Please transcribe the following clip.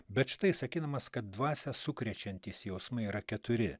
bet šitai sakydamas kad dvasią sukrečiantys jausmai yra keturi